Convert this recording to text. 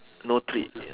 no tree y~